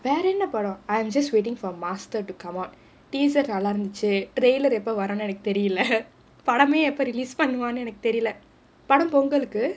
வேற என்ன படம்:vaera enna padam I'm just waiting for master to come out teaser நல்லாருந்துச்சு:nallaarundhuchu trailar எப்ப வரான்னு எனக்கு தெரியல படமே எப்போ:eppa varaanu enakku theriyala padamae eppo release பண்ணுவான்னு எனக்கு தெரில படம் பொங்கலுக்கு:pannuvaanu enakku therila padam pongalukku